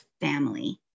family